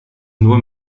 nur